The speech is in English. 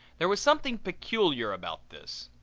there was something peculiar about this.